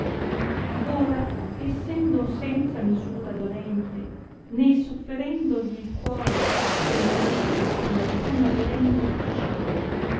ora essendo senza misura dolente né sofferendogli il cuore sé medesimo con alcuna violenza uccidere